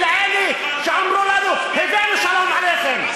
אלא אלה שאמרו לנו "הבאנו שלום עליכם".